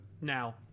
now